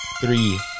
three